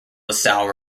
lasalle